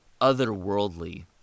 otherworldly